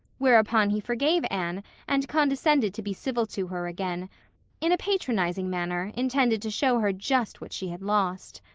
whereupon he forgave anne and condescended to be civil to her again in a patronizing manner intended to show her just what she had lost.